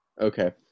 Okay